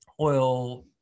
oil